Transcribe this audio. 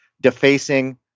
defacing